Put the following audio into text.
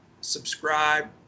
subscribe